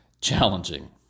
challenging